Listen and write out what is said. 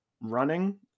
running